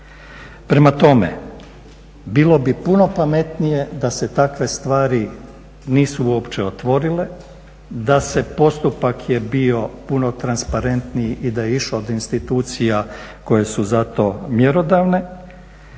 Prema tome, bilo bi puno pametnije da se takve stvari nisu uopće otvorile, da se postupak je bio puno transparentniji i da je išlo od institucija koje su za to mjerodavne.